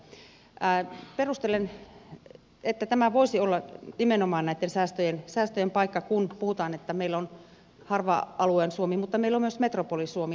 perustelen että tämä voisi olla nimenomaan näitten säästöjen paikka kun puhutaan että meillä on harva alueen suomi mutta meillä on myös metropoli suomi